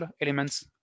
elements